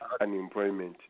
unemployment